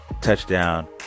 Touchdown